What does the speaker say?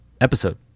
episode